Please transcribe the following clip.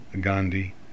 Gandhi